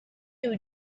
you